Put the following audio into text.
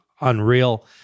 unreal